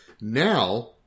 Now